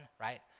right